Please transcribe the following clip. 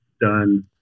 done